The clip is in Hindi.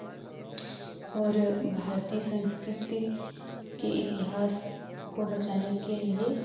और भारतीय संस्कृति के इतिहास को बचाने के लिए